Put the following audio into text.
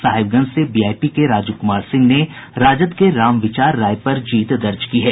साहेबगंज से वीआईपी के राजू कुमार सिंह ने राजद के रामविचार राय पर जीत दर्ज की है